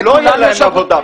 לא תהיה להם עבודה.